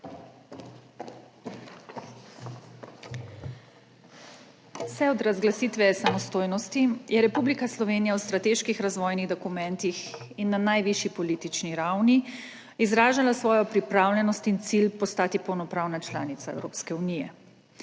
Vse od razglasitve samostojnosti je Republika Slovenija v strateških razvojnih dokumentih in na najvišji politični ravni izražala svojo pripravljenost in cilj postati polnopravna članica Evropske unije.